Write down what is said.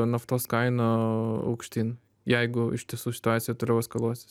naftos kainą aukštyn jeigu iš tiesų situacija toliau eskaluosis